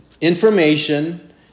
information